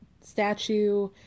statue